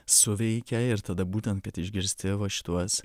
suveikia ir tada būtent kad išgirsti va šituos